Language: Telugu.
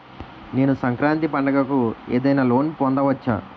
నేను సంక్రాంతి పండగ కు ఏదైనా లోన్ పొందవచ్చా?